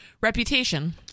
reputation